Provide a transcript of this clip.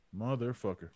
Motherfucker